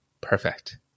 perfect